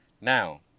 Now